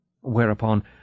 Whereupon